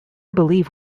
believe